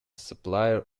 supplier